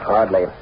Hardly